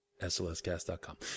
slscast.com